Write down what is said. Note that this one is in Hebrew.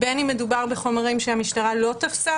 בין אם מדובר בחומרים שהמשטרה לא תפסה,